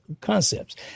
concepts